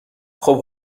خوب